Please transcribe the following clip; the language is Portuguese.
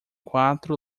quatro